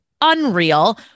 unreal